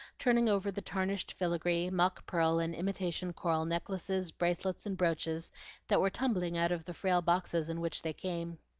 turning over the tarnished filigree, mock pearl, and imitation coral necklaces, bracelets, and brooches that were tumbling out of the frail boxes in which they came.